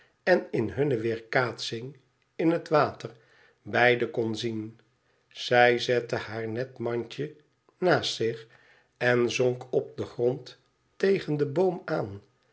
en in hunne weerkaatsing in het water beide kon zien zij zette haar net mandje naast zich en zonk op den grond tegen den boom aan